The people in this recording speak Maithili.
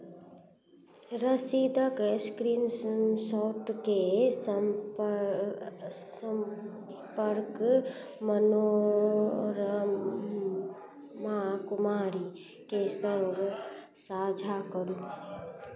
रसीदक स्क्रीनशॉटकेँ समपर् सम्पर्क मनोरमा कुमारीके सङ्ग साझा करू